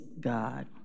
God